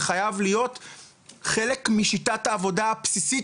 זה חייב להיות חלק משיטת העבודה הבסיסית,